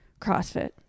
CrossFit